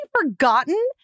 forgotten